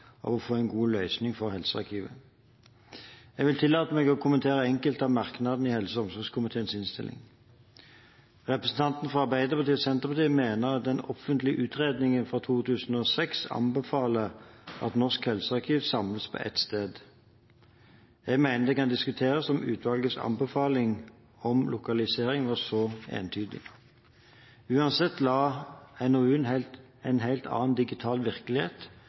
av å få en god løsning for helsearkivet. Jeg vil tillate meg å kommentere enkelte av merknadene i helse- og omsorgskomiteens innstilling. Representantene fra Arbeiderpartiet og Senterpartiet mener at den offentlige utredningen fra 2006 anbefaler at Norsk helsearkiv samles på ett sted. Jeg mener at det kan diskuteres om utvalgets anbefaling om lokalisering var så entydig. Uansett la NOU-en en helt annen digital virkelighet